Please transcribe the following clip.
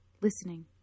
listening